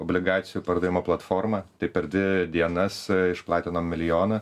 obligacijų pardavimo platforma per dvi dienas išplatinom milijoną